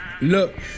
Look